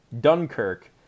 Dunkirk